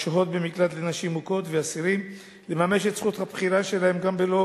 השוהות במקלט לנשים מוכות ואסירים לממש את זכות הבחירה שלהם גם בלא